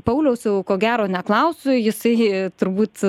pauliaus jau ko gero neklausiu jisai turbūt